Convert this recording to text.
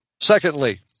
Secondly